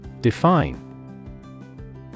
Define